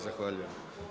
Zahvaljujem.